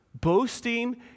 Boasting